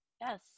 Yes